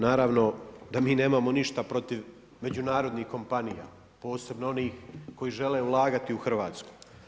Naravno da mi nemamo ništa protiv međunarodnih kompanija, posebno onih koji žele ulagati u Hrvatsku.